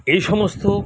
এই সমস্ত